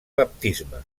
baptisme